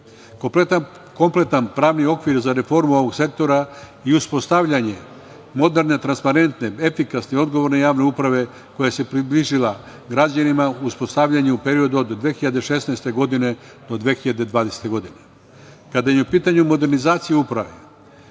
reforme. Kompletan pravni okvir za reformu ovog sektora i uspostavljanje moderne, transparentne, efikasne i odgovorne javne uprave koja se približila građanima u uspostavljanju u periodu od 2016. do 2020. godine. Kada je u pitanju modernizacija uprave,